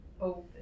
Open